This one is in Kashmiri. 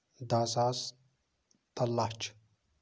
دہ ساس تہٕ لَچھ